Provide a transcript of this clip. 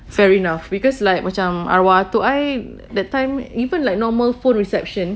fair enough because like macam awak that time even like normal phone reception